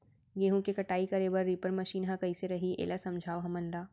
गेहूँ के कटाई करे बर रीपर मशीन ह कइसे रही, एला समझाओ हमन ल?